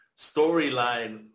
storyline